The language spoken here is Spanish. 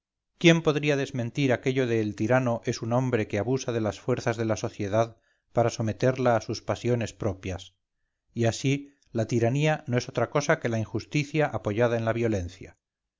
quién podrá desmentir aquello de el tirano es un hombre que abusa de las fuerzas de la sociedad para someterla a sus pasiones propias y así la tiranía no es otra cosa que la injusticia apoyada en la violencia